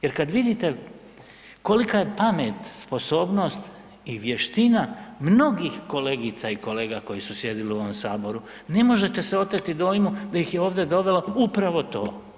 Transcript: Jer kad vidite kolika je pamet, sposobnost i vještina mnogih kolegica i kolega koji su sjedili u ovom Saboru, ne možete se oteti dojmu da ih ovdje dovelo upravo to.